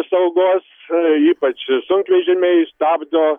saugos ypač sunkvežimiai stabdo